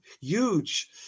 huge